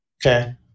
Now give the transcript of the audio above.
Okay